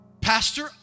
Pastor